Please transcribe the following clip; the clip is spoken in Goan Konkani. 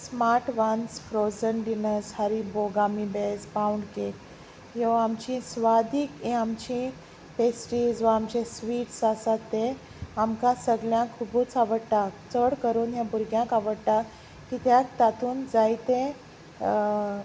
स्मार्ट वन्स फ्रोजन डिनर्स हरीबोगामी बेज पावंड केक ह्यो आमची स्वादीक हे आमची पेस्ट्रीज वा आमचे स्वीट्स आसा ते आमकां सगळ्यांक खुबूच आवडटा चड करून ह्या भुरग्यांक आवडटा कित्याक तातूंत जायते